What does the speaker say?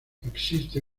existe